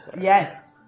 Yes